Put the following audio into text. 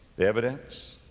the evidence,